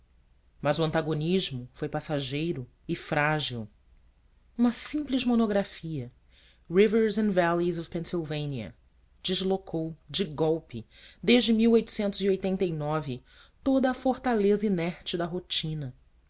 mas o antagonismo foi passageiro e frágil uma simples monografia rivers and valleys of pennsylvania deslocou de golpe desde toda a fortaleza inerte da rotina